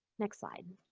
next slide.